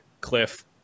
cliff